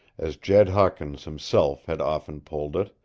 as jed hawkins himself had often pulled it,